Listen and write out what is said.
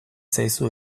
zaizu